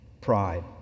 pride